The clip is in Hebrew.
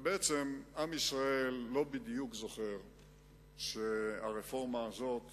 ובעצם עם ישראל לא בדיוק זוכר שהרפורמה הזאת